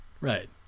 Right